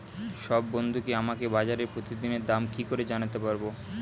সব বন্ধুকে আমাকে বাজারের প্রতিদিনের দাম কি করে জানাতে পারবো?